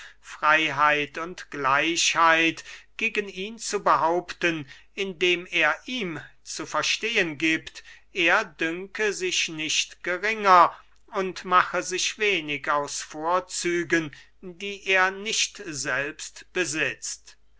freyheit und gleichheit gegen ihn zu behaupten indem er ihm zu verstehen giebt er dünke sich nicht geringer und mache sich wenig aus vorzügen die er nicht selbst besitzt